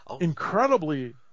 Incredibly